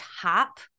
top